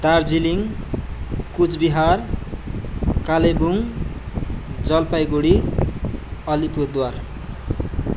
Darjeeling Coochbehar Kalimpong Jalpaiguri Alipurduar